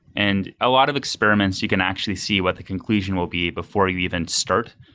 and a lot of experiments you can actually see what the conclusion will be before you even start,